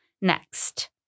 Next